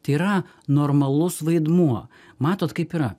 tai yra normalus vaidmuo matot kaip yra